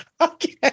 Okay